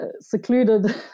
Secluded